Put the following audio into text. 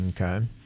Okay